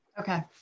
Okay